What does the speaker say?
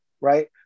right